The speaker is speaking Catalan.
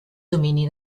domini